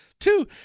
Two